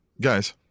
guys